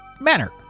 manner